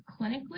clinically